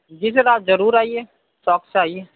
جی sir آپ ضرور آئیے شوق سے آئیے